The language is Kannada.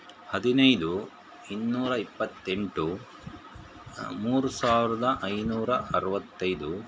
ಹದಿನೈದು ಇನ್ನೂರ ಇಪ್ಪತ್ತೆಂಟು ಮೂರು ಸಾವಿರ್ದ ಐನೂರ ಅರವತ್ತೈದು